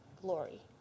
glory